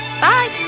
Bye